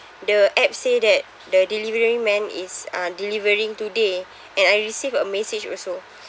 the app say that the delivery man is uh delivering today and I received a message also